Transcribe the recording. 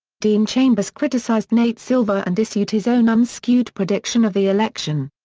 dean chambers criticized nate silver and issued his own unskewed prediction of the election.